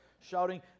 shouting